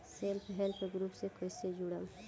Self help group से कइसे जुड़म?